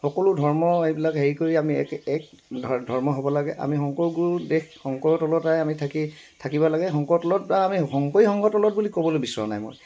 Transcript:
সকলো ধৰ্ম এইবিলাক হেৰি কৰি আমি এক এক ধৰ্ম হ'ব লাগে আমি শংকৰ গুৰু দেশ শংকৰ তলতে আমি থাকি থাকিব লাগে শংকৰ তলত বা শংকৰী সংঘ তলত বুলি ক'বলৈ বিচৰা নাই মই